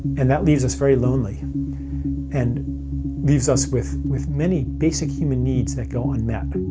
and that leaves us very lonely and leaves us with with many basic human needs that go unmet.